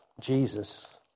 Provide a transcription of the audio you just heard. Jesus